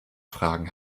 fragen